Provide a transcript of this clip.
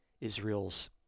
Israel's